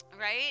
right